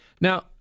Now